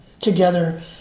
together